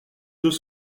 deux